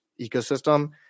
ecosystem